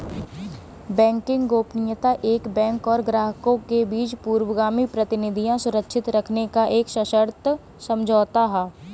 banking गोपनीयता एक bank और ग्राहकों के बीच पूर्वगामी गतिविधियां सुरक्षित रखने का एक सशर्त समझौता है